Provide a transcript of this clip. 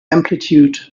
amplitude